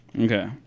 Okay